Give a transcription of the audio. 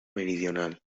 meridional